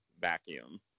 vacuum